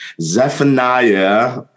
Zephaniah